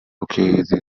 located